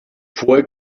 fue